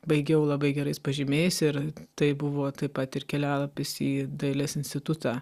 baigiau labai gerais pažymiais ir tai buvo taip pat ir kelialapis į dailės institutą